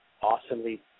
awesomely